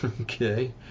okay